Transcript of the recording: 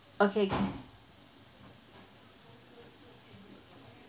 okay can